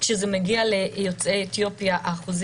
כשזה מגיע ליוצאי אתיופיה,